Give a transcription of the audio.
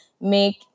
make